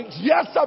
Yes